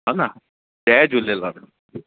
हा न जय झूलेलाल